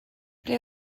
ble